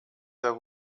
there